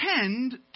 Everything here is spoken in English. tend